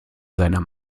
seiner